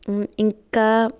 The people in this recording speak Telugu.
ఇంకా